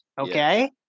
Okay